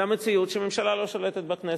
למציאות שממשלה לא שולטת בכנסת.